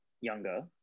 younger